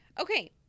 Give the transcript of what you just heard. Okay